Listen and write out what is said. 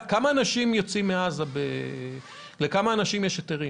לכמה אנשים מעזה יש היתרים?